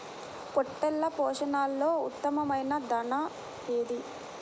పొట్టెళ్ల పోషణలో ఉత్తమమైన దాణా ఏది?